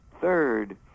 third